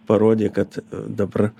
parodė kad dabar